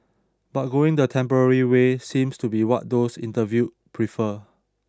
but going the temporary way seems to be what those interviewed prefer